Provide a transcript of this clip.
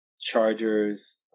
Chargers